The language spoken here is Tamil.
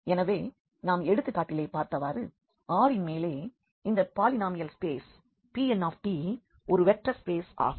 எனவே நாம் எடுத்துக்காட்டிலே பார்த்தவாறு R இன் மேலே இந்த பாலினாமியல் ஸ்பேஸ் Pntஒரு வெக்டர் ஸ்பேஸ் ஆகும்